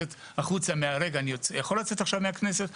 שלא ייווצר מצב שמשפחות שלא יכולות לשים איזה סכום כסף כתנאי,